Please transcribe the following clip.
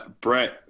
Brett